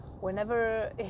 whenever